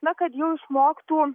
na kad jau išmoktų